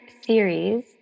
series